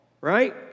right